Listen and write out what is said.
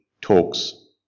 talks